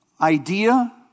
idea